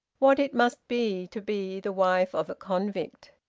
what it must be to be the wife of a convict.